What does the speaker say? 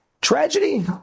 Tragedy